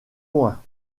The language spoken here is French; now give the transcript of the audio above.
loin